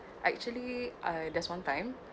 actually I there's one time